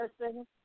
person